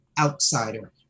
outsider